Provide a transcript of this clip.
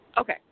Okay